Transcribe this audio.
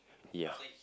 ya